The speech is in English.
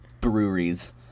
breweries